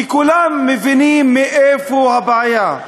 כי כולם מבינים מאיפה הבעיה: